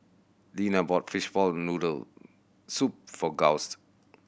Lena bought fishball noodle soup for Gust